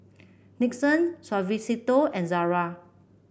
Nixon Suavecito and Zara